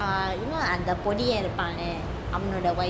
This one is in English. uh you know அந்த போடி ஆருப்பாங்க அவங்களோட:antha podi aarupanga avangaloda wife